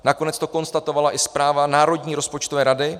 Nakonec to konstatovala i zpráva Národní rozpočtové rady.